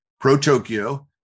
pro-Tokyo